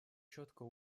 четко